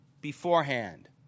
beforehand